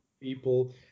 people